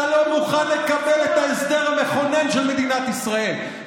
אתה לא מוכן לקבל את ההסדר המכונן של מדינת ישראל,